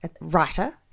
writer